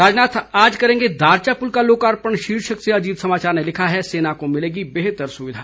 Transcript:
राजनाथ आज करेंगे दारचा पुल का लोकार्पण शीर्षक से अजीत समाचार ने लिखा है सेना को मिलेगी बेहतर सुविधा